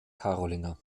karolinger